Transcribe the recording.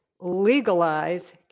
legalize